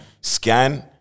scan